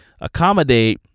accommodate